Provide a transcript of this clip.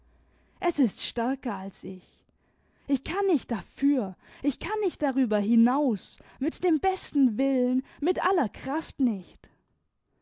es ist stärker als ich ich kann nicht dafür ich kann nicht darüber hinaus mit dem besten willen mit aller kraft nicht